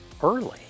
early